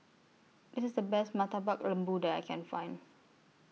This IS The Best Murtabak Lembu that I Can Find